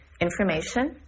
Information